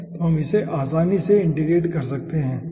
तो हम इसे आसानी से इंटीग्रेट कर सकते हैं ठीक है